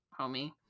homie